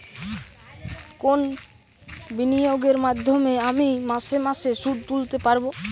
কোন বিনিয়োগের মাধ্যমে আমি মাসে মাসে সুদ তুলতে পারবো?